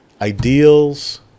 ideals